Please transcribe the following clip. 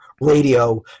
radio